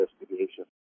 investigation